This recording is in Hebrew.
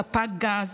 ספק גז,